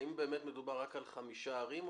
האם באמת מדובר רק על חמש ערים,